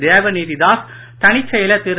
தேவநிதி தாஸ் தனிச்செயலர் திரு